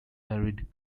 arid